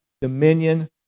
dominion